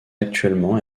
actuellement